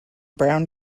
brown